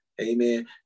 Amen